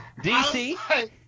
DC